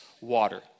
water